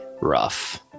rough